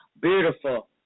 beautiful